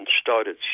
started